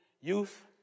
Youth